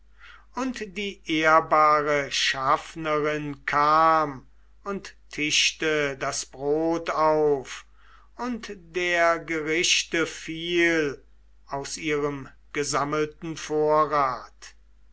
und die ehrbare schaffnerin kam und tischte das brot auf und der gerichte viel aus ihrem gesammelten vorrat